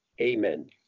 Amen